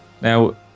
now